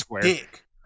dick